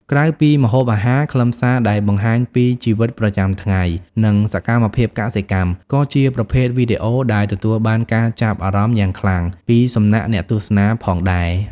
ក្រៅពីម្ហូបអាហារ ខ្លឹមសារដែលបង្ហាញពី ជីវិតប្រចាំថ្ងៃ និងសកម្មភាពកសិកម្ម ក៏ជាប្រភេទវីដេអូដែលទទួលបានការចាប់អារម្មណ៍យ៉ាងខ្លាំងពីសំណាក់អ្នកទស្សនាផងដែរ។